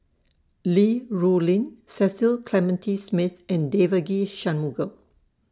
Li Rulin Cecil Clementi Smith and Devagi Sanmugam